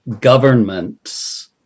governments